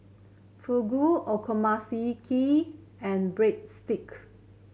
Fugu Okonomiyaki and Breadstick